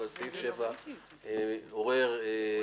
אבל סעיף 7 עורר שאלות,